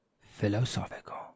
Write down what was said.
philosophical